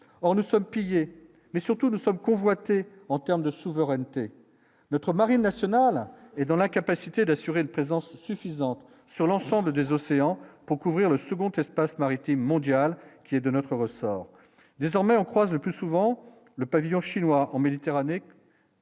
or nous sommes payés mais surtout nous sommes convoité en termes de souveraineté notre Marine nationale. Et dans la capacité d'assurer une présence suffisante sur l'ensemble des océans pour couvrir le second espace maritime mondial qui est de notre ressort, désormais on croise plus souvent le pavillon chinois en Méditerranée.